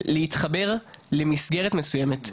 להתחבר למסגרת מסוימת,